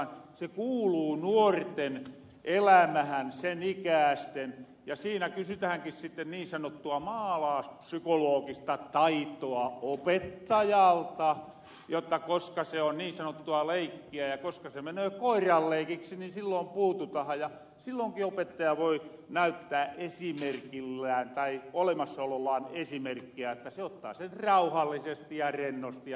se kuuluu nuorten elämähän sen ikäästen ja siinä kysytähänkin sitten niin sanottua maalaaspsykologista taitoa opettajalta koska se on niin sanottua leikkiä ja koska menöö koiranleikiksi sillon puututahan ja leikiksi niin silloin kun kaaja sillonkin opettaja voi näyttää esimerkillään tai olemassaolollaan esimerkkiä että se ottaa sen rauhallisesti ja rennosti jnp